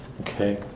Okay